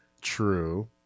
True